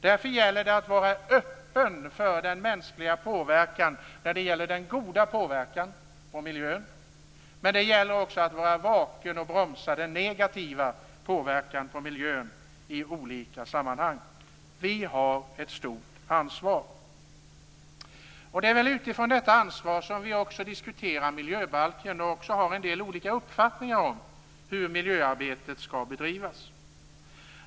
Därför gäller det att vara öppen för mänsklig påverkan när det gäller den goda påverkan på miljön. Men det gäller också att vara vaken och bromsa en negativ påverkan på miljön i olika sammanhang. Vi har ett stort ansvar. Det är utifrån detta ansvar som vi diskuterar miljöbalken och också har en del olika uppfattningar om hur miljöarbetet skall bedrivas.